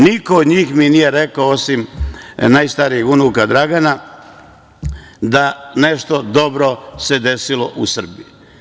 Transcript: Niko od njih mi nije rekao, osim najstarijeg unuka Dragana, da se nešto dobro desilo u Srbiji.